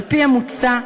על-פי המוצע,